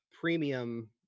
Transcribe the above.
premium